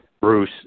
Bruce